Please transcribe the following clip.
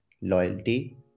loyalty